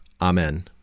Amen